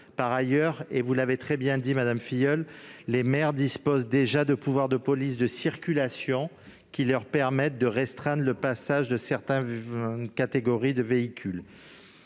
Par ailleurs, et vous l'avez très bien dit, madame Filleul, les maires disposent déjà de pouvoirs de police de circulation qui leur permettent de restreindre le passage de certaines catégories de véhicules.